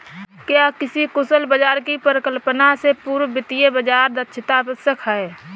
क्या किसी कुशल बाजार की परिकल्पना से पूर्व वित्तीय बाजार दक्षता आवश्यक है?